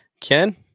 Ken